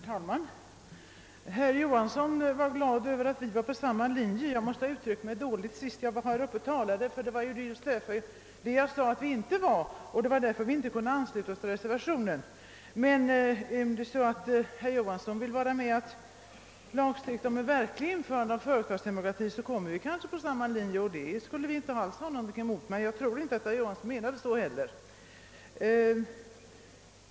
Herr talman! Herr Johansson i Växjö sade att han var glad över att vi var på samma linje. Han måste ha fattat mig dåligt sist jag yttrade mig; det var just det jag sade att vi inte var, och det var därför vi inte kunde ansluta oss till centerpartiets reservation. Men är det så att herr Johansson vill vara med om att lagstifta om införande av en verklig företagsdemokrati med bestämmanderätt för arbetstagarna, så kommer vi kanske på samma linje. Det skulle vi inte alls ha någonting emot, men jag tror inte att det var något sådant herr Johansson menade.